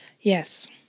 Yes